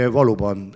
valóban